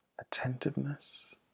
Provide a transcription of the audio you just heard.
attentiveness